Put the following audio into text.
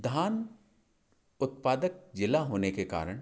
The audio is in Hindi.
धान उत्पादक जिला होने के कारण